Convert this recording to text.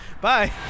Bye